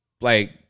like-